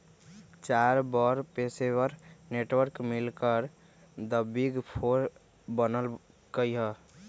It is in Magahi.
चार बड़ पेशेवर नेटवर्क मिलकर द बिग फोर बनल कई ह